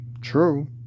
True